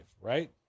right